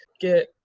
get